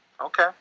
Okay